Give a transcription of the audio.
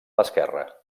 esquerre